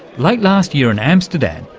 late last year in amsterdam,